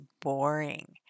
boring